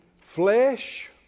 flesh